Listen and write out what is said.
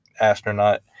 astronaut